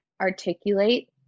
articulate